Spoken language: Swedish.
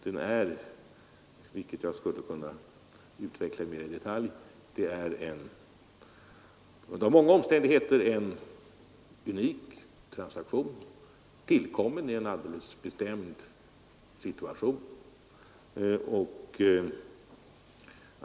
Den är — vilket jag skulle kunna utveckla mera i detalj — en av många omständigheter betingad unik transaktion, tillkommen i en alldeles bestämd situation.